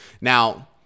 Now